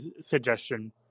suggestion